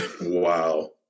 Wow